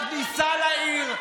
בכניסה לעיר,